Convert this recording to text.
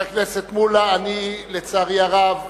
חבר הכנסת מולה, לצערי הרב,